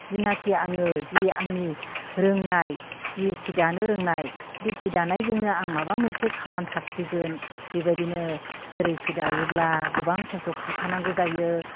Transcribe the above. जिनाखि आङो जि आंनि रोंनाय जि सि दानो रोंनाय बे सि दानायजोंनो आं माबा मोनसे खालाम थारसिगोन बेबायदिनो जेरै सि दायोब्ला गोबां खस्थ' खामखानांगौ जायो